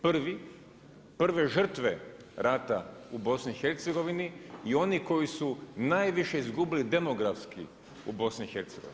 Prvi, prve žrtve rata u BIH i oni koji su najviše izbili demografski u BIH.